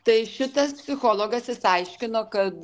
tai šitas psichologas is aiškino kad